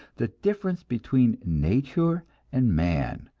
the difference between nature and man,